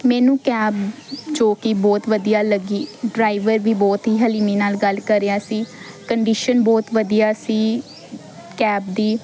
ਮੈਨੂੰ ਕੈਬ ਜੋ ਕਿ ਬਹੁਤ ਵਧੀਆ ਲੱਗੀ ਡਰਾਈਵਰ ਵੀ ਬਹੁਤ ਹੀ ਹਲੀਮੀ ਨਾਲ ਗੱਲ ਕਰ ਰਿਹਾ ਸੀ ਕੰਡੀਸ਼ਨ ਬਹੁਤ ਵਧੀਆ ਸੀ ਕੈਬ ਦੀ